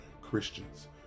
Christians